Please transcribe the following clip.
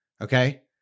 Okay